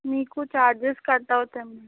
మీకు charges cut అవుతాయి అండి